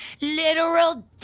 literal